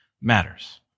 matters